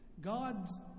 God's